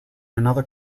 another